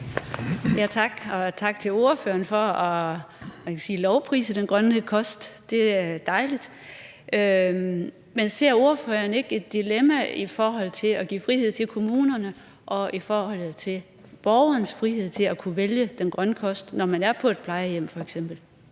tak til ordføreren for at lovprise den grønne kost; det er dejligt. Men ser ordføreren ikke et dilemma mellem det at give frihed til kommunerne og borgerens frihed til at kunne vælge den grønne kost, når man f.eks. er på et plejehjem? Kl.